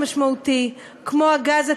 כל כך משמעותי,